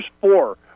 four